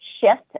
shift